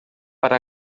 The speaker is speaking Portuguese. para